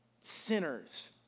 Sinners